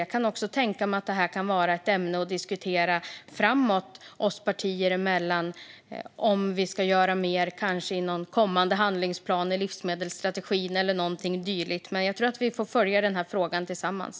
Jag kan tänka mig att detta kan vara ett ämne för våra partier att diskutera sinsemellan framöver - om vi ska göra mer, kanske i en kommande handlingsplan i livsmedelsstrategin eller dylikt. Jag tror att vi får följa denna fråga tillsammans.